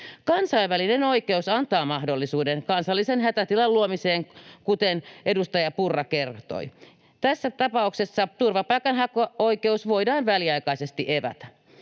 Kansainvälinen oikeus antaa mahdollisuuden kansallisen hätätilalain luomiseen, kuten edustaja Purra kertoi. Tässä tapauksessa turvapaikanhakuoikeus voidaan väliaikaisesti evätä.